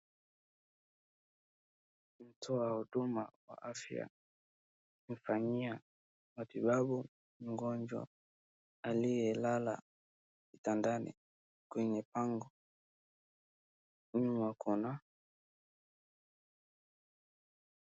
Mtu wa huduma ya afya kufanyia matibabu mgonjwa aliyelala kitandani kwenye bango nyuma kuna .